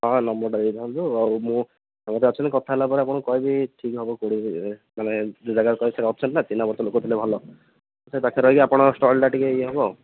ହଁ ନମ୍ୱରଟା ଦେଇଥାନ୍ତୁ ଆଉ ମୁଁ ମୋତେ ଆକ୍ଟୁଆଲି କଥା ହେଲା ପରେ ଆପଣଙ୍କୁ କହିବି ଠିକ୍ ହବ ମାନେ ଯେଉଁ ଜାଗାରେ ଅଛନ୍ତି ନା ଚିହ୍ନା ପରିଚୟ ଲୋକ ଥିଲେ ଭଲ ସେ ପାଖରେ ରହିକି ଆପଣ ଷ୍ଟଲ୍ଟା ଟିକେ ଇଏ ହବ